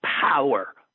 power